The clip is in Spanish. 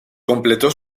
completó